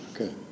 Okay